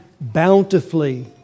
bountifully